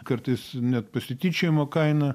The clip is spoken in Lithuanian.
kartais net pasityčiojimo kaina